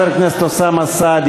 אנסה עוד פעם,